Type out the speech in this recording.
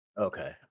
Okay